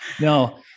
no